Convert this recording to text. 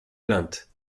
plaintes